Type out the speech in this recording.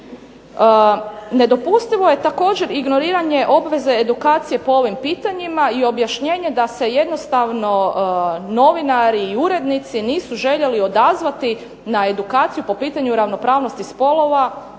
Nedopustivo je također ignoriranje obveze edukacije po ovim pitanjima i objašnjenje da se jednostavno novinari i urednici nisu željeli odazvati na edukaciju po pitanju ravnopravnosti spolova